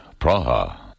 Praha